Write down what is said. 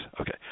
Okay